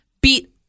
beat